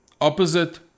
opposite